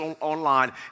online